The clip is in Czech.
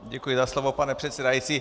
Děkuji za slovo, pane předsedající.